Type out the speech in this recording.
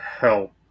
help